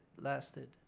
lasted